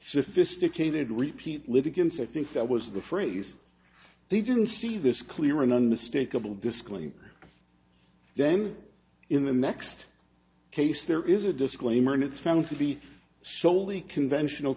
sophisticated repeat litigants i think that was the phrase they didn't see this clear and unmistakable disclaimer then in the next case there is a disclaimer and it's found to be solely conventional